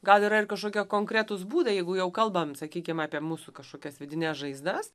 gal yra ir kašokie konkretūs būdai jeigu jau kalbam sakykim apie mūsų kašokias vidines žaizdas